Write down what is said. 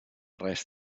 res